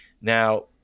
Now